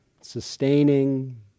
sustaining